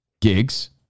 gigs